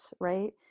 right